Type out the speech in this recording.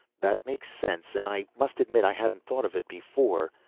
that makes sense. and i must admit i hadn't thought of it before.